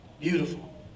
Beautiful